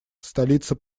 столица